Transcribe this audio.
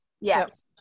Yes